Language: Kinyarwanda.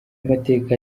amateka